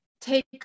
take